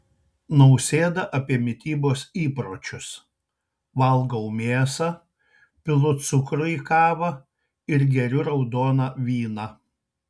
nausėda apie mitybos įpročius valgau mėsą pilu cukrų į kavą ir geriu raudoną vyną